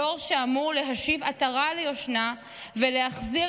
הדור שאמור להשיב עטרה ליושנה ולהחזיר